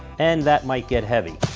and, that might get heavy.